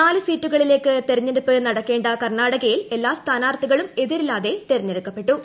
നാല് സീറ്റുകളിലേത്ത് തിരെഞ്ഞെടുപ്പ് നടക്കേണ്ട കർണാടകയിൽ എല്ലാ സ്ഥാനാർത്ഥികളും എതിരില്ലാതെ തെരെഞ്ഞെടുത്തപ്പെട്ടു